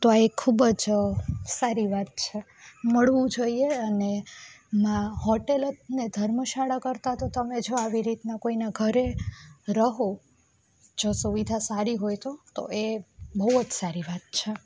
તો આ એક ખૂબ જ સારી વાત છે મળવું જોઈએ અને માં હોટલ અને ધર્મશાળા કરતાં તો તમે જો આવી રીતના કોઈના ઘરે રહો જો સુવિધા સારી હોય તો તો એ બહુ જ સારી વાત છે